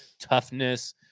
toughness